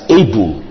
able